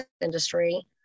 industry